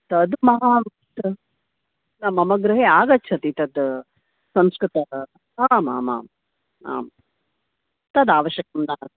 तद् मम गृहे आगच्छति तद् संस्कृत आम् आम् आम् तद् आवश्यकम् न